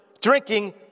drinking